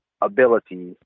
ability